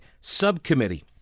subcommittee